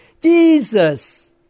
Jesus